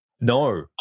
No